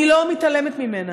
אני לא מתעלמת ממנה.